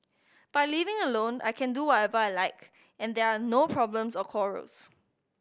by living alone I can do whatever I like and there are no problems or quarrels